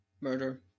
Murder